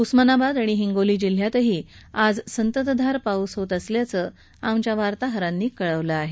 उस्मानाबाद आणि हिगोली जिल्ह्यातही संततधार पाऊस होत असल्याचं आमच्या वार्ताहरांनी कळवलं आहे